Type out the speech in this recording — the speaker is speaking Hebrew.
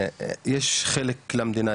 יש חלק למדינה,